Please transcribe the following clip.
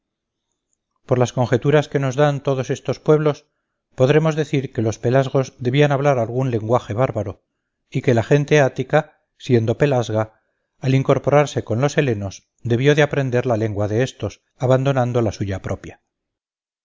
por las conjeturas que nos dan todos estos pueblos podremos decir que los pelasgos debían hablar algún lenguaje bárbaro y que la gente ática siendo pelasga al incorporarse con los helenos debió de aprender la lengua de éstos abandonando la suya propia